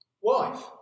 wife